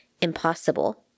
impossible